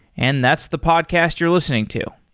and that's the podcast you're listening to.